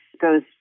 goes